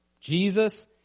Jesus